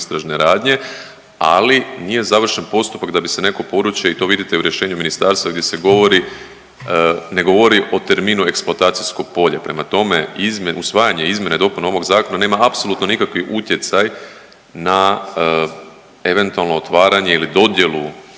istražne radnje, ali nije završen postupak da bi se neko područje i to vidite u rješenju ministarstva gdje se govori, ne govori o terminu eksploatacijsko polje. Prema tome, izmjene, usvajanje izmjena i dopuna ovog zakona nema apsolutno nikakvi utjecaj na eventualno otvaranje ili dodjelu